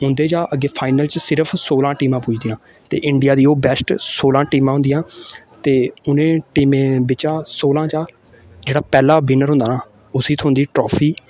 उंदे चा अग्गें फाइनल च सिर्फ सोलां टीमां पुजदियां ते इंडिया दी ओह् बेस्ट सोलां टीमां होंदियां ते उ'नें टीमें बिच्चा सोलां च जेह्ड़ा पैह्ला विनर होंदा ना उसी थ्होंदी ट्राफी